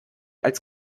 als